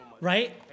right